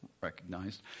recognized